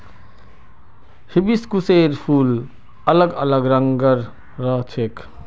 हिबिस्कुसेर फूल अलग अलग रंगेर ह छेक